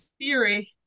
theory